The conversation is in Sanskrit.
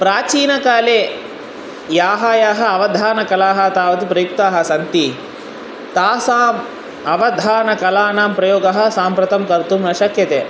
प्राचीनकाले याः याः अवधानकलाः तावत् प्रयुक्ताः सन्ति तासाम् अवधानकलानां प्रयोगः साम्प्रतं कर्तुं न शक्यते